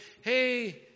Hey